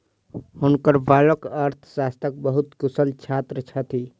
हुनकर बालक अर्थशास्त्रक बहुत कुशल छात्र छथि